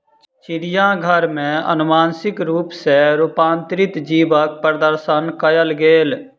चिड़ियाघर में अनुवांशिक रूप सॅ रूपांतरित जीवक प्रदर्शन कयल गेल